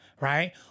right